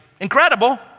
Incredible